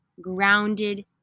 grounded